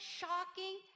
shocking